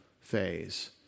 phase